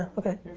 okay.